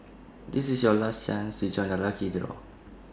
this is your last chance to join the lucky draw